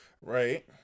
Right